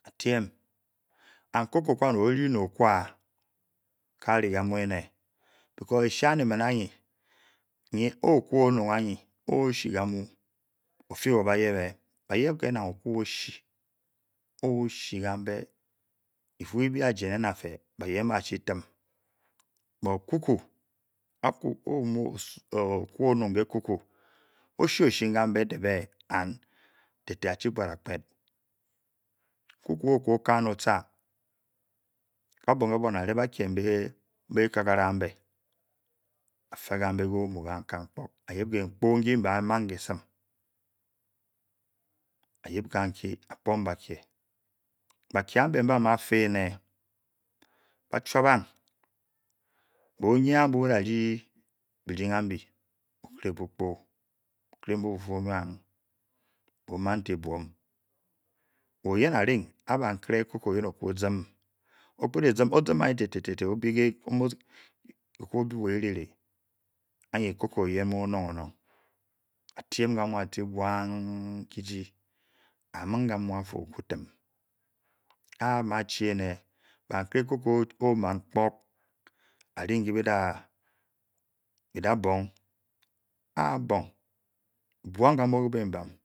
Tem and cocoa con tode le oo nka te kamune because ashane we man ani okwa onganye oshi kamu okpo he bauyep eh ba yep mhe na ekua oshie nefu ne bu azei nen ape bauye bachi tenmp but cocoa a ocwa onuk le cocoa oshwe kang kang wor oyen deng are cocoa yen oba zem tar tar allimst ayen cocoa ayen a de wahouong anyen otan kamu amachi ame nei cocoa oman pkork ame ake bera bong and bong kang mule bembam